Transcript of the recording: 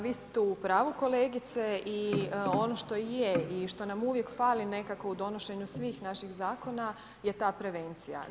Vi ste tu u pravu kolegice i ono što je i što nam uvijek fali nekako u donošenju svih naših zakona je ta prevencija.